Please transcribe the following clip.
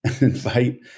invite